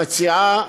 המציעה,